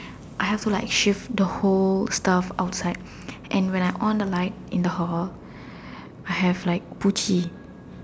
I have like shift the whole stuff outside and when I on the light in the hall I have like poochi